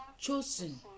chosen